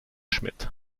schmidt